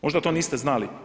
Možda to niste znali.